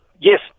Yes